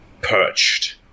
perched